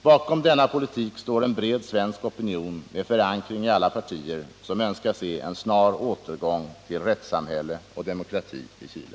Bakom denna politik står en bred svensk opinion med förankring i alla partier, som önskar se en snar återgång till rättssamhälle och demokrati i Chile.